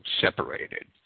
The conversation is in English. separated